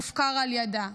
הופקר על ידה,